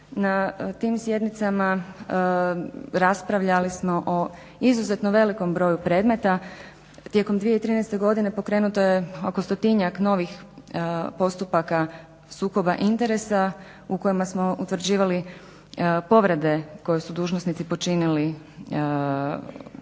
Na tim sjednicama raspravljali smo o izuzetno velikom broju predmeta. Tijekom 2013. godine pokrenuto je oko stotinjak novih postupaka sukoba interesa u kojima smo utvrđivali povrede koje su dužnosnici počinili